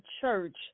Church